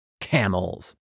camels